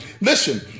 Listen